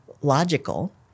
logical